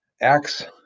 Acts